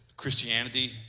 Christianity